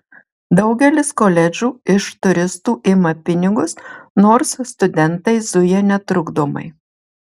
daugelis koledžų iš turistų ima pinigus nors studentai zuja netrukdomai